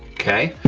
okay?